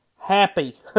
happy